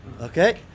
Okay